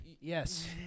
Yes